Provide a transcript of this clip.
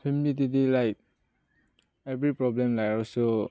ꯐꯦꯃꯤꯂꯤꯗꯗꯤ like every problem ꯂꯩꯔꯒꯁꯨ